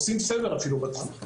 עושים סדר אפילו בתחום.